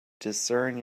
discern